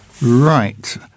Right